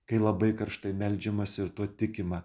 kai labai karštai meldžiamasi ir tuo tikima